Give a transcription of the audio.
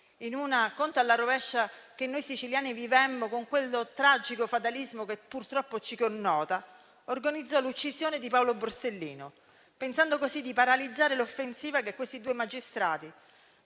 in un conto alla rovescia che noi siciliani vivemmo con quel tragico fatalismo che purtroppo ci connota, organizzò l'uccisione di Paolo Borsellino, pensando così di paralizzare l'offensiva che questi due magistrati,